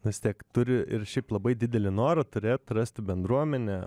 vis tiek turi ir šiaip labai didelį norą turi atrasti bendruomenę